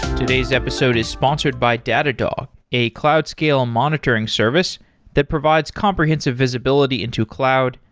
today's episode is sponsored by datadog, a cloud scale monitoring service that provides comprehensive visibility into cloud,